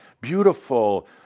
Beautiful